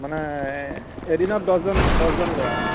মানে এদিনত দহজন দহজন ল'ৰা অঁ